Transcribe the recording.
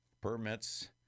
Permits